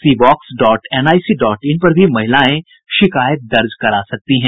सीबॉक्स dot NIC dot in पर भी महिलाएं शिकायत दर्ज करा सकती हैं